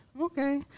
Okay